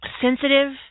sensitive